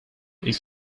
ich